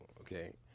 okay